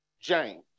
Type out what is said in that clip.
James